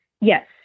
Yes